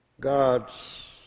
God's